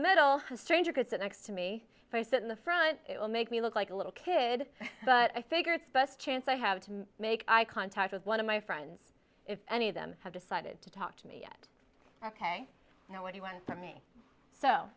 middle stranger could sit next to me if i sit in the front it will make me look like a little kid but i figure it's best chance i have to make eye contact with one of my friends if any of them have decided to talk to me yet ok now what do you want from me so